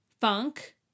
Funk